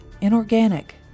inorganic